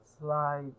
slide